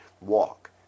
walk